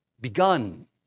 begun